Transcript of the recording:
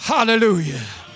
Hallelujah